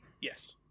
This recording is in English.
Yes